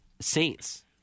Saints